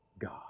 God